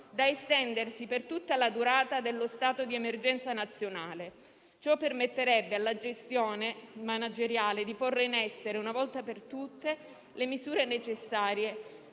da estendersi per tutta la durata dello stato di emergenza nazionale. Ciò permetterebbe alla gestione manageriale di porre in essere, una volta per tutte, le misure necessarie